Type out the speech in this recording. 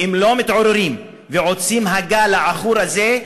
ואם לא מתעוררים ועוצרים את הגל העכור הזה,